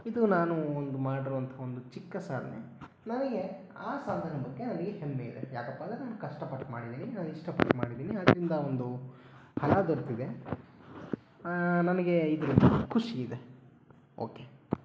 ಇದು ನಾನು ಒಂದು ಮಾಡಿರುವಂಥ ಒಂದು ಚಿಕ್ಕ ಸಾಧನೆ ನನಗೆ ಆ ಸಾಧನೆ ಬಗ್ಗೆ ನನಗೆ ಹೆಮ್ಮೆ ಇದೆ ಯಾಕಪ್ಪ ಅಂದರೆ ನಾನು ಕಷ್ಟಪಟ್ಟು ಮಾಡಿದ್ದೀನಿ ನಾನು ಇಷ್ಟಪಟ್ಟು ಮಾಡಿದ್ದೀನಿ ಆದ್ದರಿಂದ ಒಂದು ಫಲ ದೊರೆತಿದೆ ನನಗೆ ಇದರಿಂದ ಖುಷಿ ಇದೆ ಓಕೆ